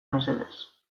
mesedez